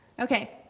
Okay